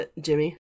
Jimmy